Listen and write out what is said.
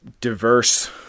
diverse